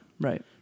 Right